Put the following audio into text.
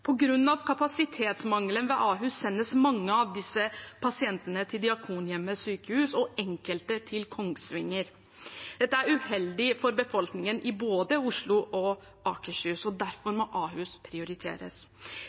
ved Ahus sendes mange av deres pasienter til Diakonhjemmet Sykehus – og enkelte til Kongsvinger sykehus. Dette er uheldig for befolkningen i både Oslo og Akershus. Derfor må Ahus prioriteres.